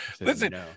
Listen